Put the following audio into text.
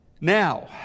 Now